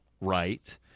Right